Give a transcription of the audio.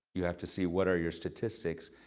you have to see what are your statistics.